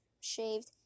shaved